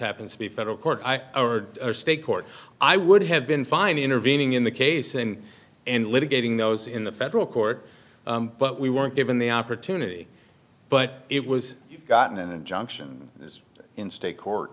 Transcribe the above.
happens to be federal court i heard or state court i would have been fine intervening in the case in and litigating those in the federal court but we weren't given the opportunity but it was gotten an injunction is in state court